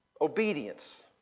Obedience